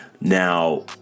Now